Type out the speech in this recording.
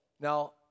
Now